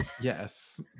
yes